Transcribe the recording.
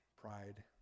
Pride